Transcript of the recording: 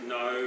no